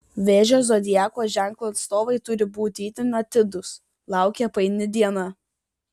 vėžio zodiako ženklo atstovai turi būti itin atidūs laukia paini diena